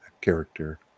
character